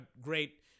great